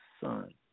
son